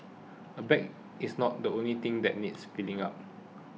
a bag is not the only thing that needs filling up